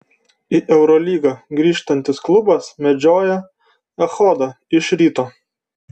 į eurolygą grįžtantis klubas medžioja echodą iš ryto